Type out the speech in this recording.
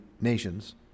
nations